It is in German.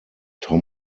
tom